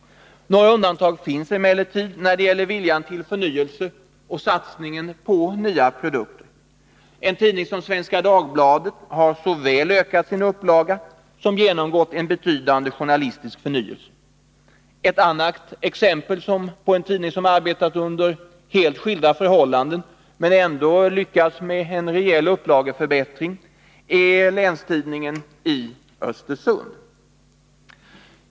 Några undantag finns emellertid när det gäller viljan till förnyelse och satsningen på nya produkter. En tidning som Svenska kål Dagbladet har såväl ökat sin upplaga som genomgått en betydande journalistisk förnyelse. Ett annat exempel på en tidning som arbetat under helt skilda förhållanden men ändå lyckats med en rejäl upplageförbättring är Länstidningen i Östersund.